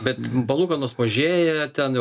bet palūkanos mažėja ten